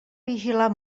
vigilar